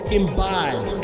imbibe